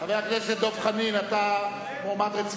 חבר הכנסת דב חנין, אתה מועמד רציני.